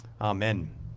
Amen